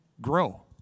grow